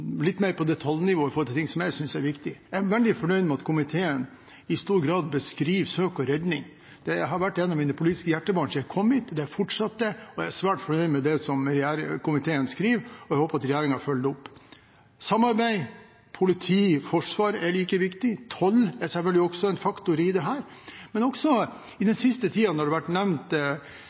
litt mer detaljnivå om ting som jeg synes er viktige. Jeg er veldig fornøyd med at komiteen i stor grad beskriver søk og redning. Det har vært et av mine politiske hjertebarn siden jeg kom hit. Det er fortsatt det. Jeg er svært fornøyd med det som komiteen skriver, og jeg håper at regjeringen følger det opp. Samarbeid politi–forsvar er like viktig, og toll er selvfølgelig også en faktor i dette. I den siste tiden har det også i ulike media vært